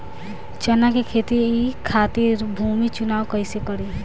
चना के खेती खातिर भूमी चुनाव कईसे करी?